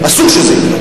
אסור שזה יקרה.